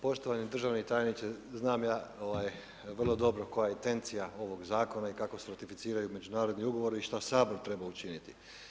Poštovani državni tajniče, znam ja vrlo dobro koja je intencija ovog zakona i kako se ratificiraju međunarodni ugovori i šta Sabor treba učiniti.